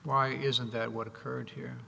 why isn't that what occurred here